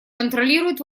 контролирует